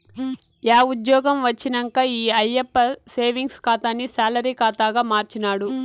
yeah ఉజ్జ్యోగం వచ్చినంక ఈ ఆయప్ప సేవింగ్స్ ఖాతాని సాలరీ కాతాగా మార్చినాడు